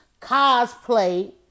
cosplay